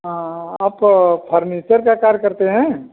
हाँ आप फ़र्नीचर का कार्य करते हैं